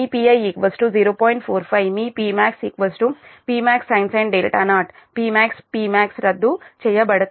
45 మీ Pmax Pmax sin 0 PmaxPmax రద్దు చేయబడతాయి